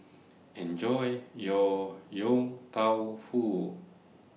Enjoy your Yong Tau Foo